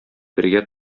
бергә